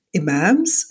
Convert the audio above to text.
imams